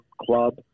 club